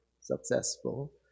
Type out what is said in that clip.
successful